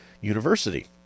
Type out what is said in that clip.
University